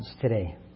today